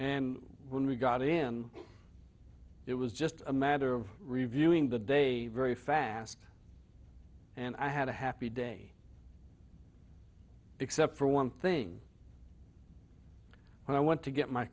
and when we got him it was just a matter of reviewing the day very fast and i had a happy day except for one thing when i went to get my